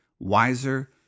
wiser